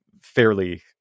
fairly